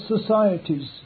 societies